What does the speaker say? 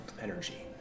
energy